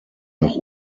nach